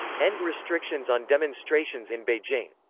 end restrictions on demonstrations in beijing.